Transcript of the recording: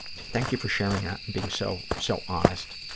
thank you for sharing that and being so so honest,